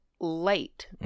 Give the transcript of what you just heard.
late